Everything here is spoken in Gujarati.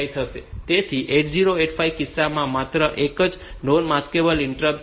તેથી 8085ના કિસ્સામાં માત્ર એક જ નોન માસ્કેબલ ઇન્ટરપ્ટ છે